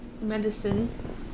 medicine